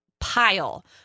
pile